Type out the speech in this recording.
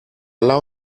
allow